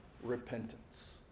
repentance